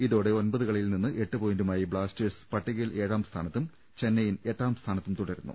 ഇതോടെ ഒമ്പത് കളിയിൽ നിന്ന് എട്ടുപോയിന്റുമായി ബ്ലാസ്റ്റേഴ്സ് പട്ടികയിൽ ഏഴാം സ്ഥാനത്തും ചെന്നൈയിൻ എട്ടാം സ്ഥാനത്തും തുടരുന്നു